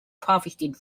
profited